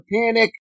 panic